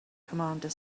commander